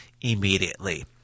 immediately